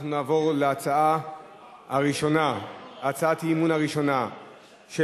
אנחנו נעבור להצעת האי-אמון הראשונה,